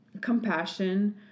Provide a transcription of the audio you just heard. compassion